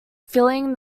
filling